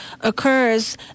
occurs